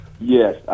Yes